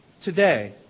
Today